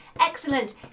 excellent